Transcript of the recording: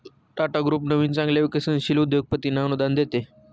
Tata group नवीन चांगल्या विकसनशील उद्योगपतींना अनुदान देते